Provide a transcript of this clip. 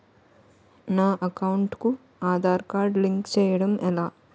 నా అకౌంట్ కు Aadhaar card link చేయడం ఎలా?